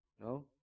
no